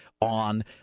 on